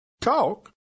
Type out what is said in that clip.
Talk